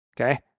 Okay